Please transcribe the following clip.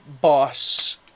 boss